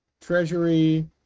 Treasury